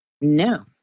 No